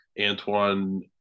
antoine